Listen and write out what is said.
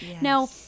Now